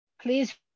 Please